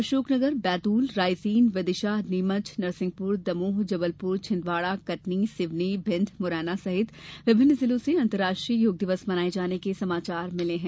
अशोकनगर बैतूल रायसेन विदिशा नीमच नरसिंहपूर दमोह जबलपुर छिन्दवाड़ा कटनी सिवनी भिंडमुरैना सहित विभिन्न जिलों से अंतर्राष्ट्रीय योग दिवस मनाये जाने के समाचार मिले हैं